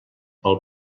pel